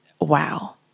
wow